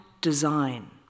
design